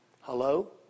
Hello